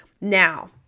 Now